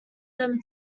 them